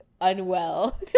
unwell